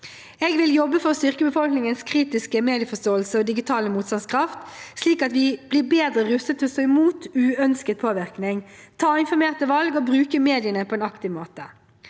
Jeg vil jobbe for å styrke befolkningens kritiske medieforståelse og digitale motstandskraft, slik at vi blir bedre rustet til å stå imot uønsket påvirkning, ta informerte valg og bruke mediene på en aktiv måte.